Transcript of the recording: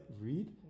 read